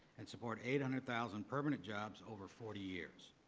and support eight hundred thousand permanent jobs over forty years.